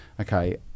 okay